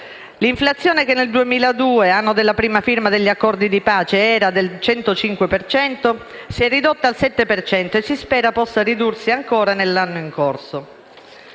L'inflazione, che nel 2002 (anno della prima firma degli accordi di pace) era del 105 per cento, si è ridotta al 7 per cento, e si spera possa ridursi ancora nell'anno in corso.